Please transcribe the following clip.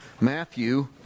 Matthew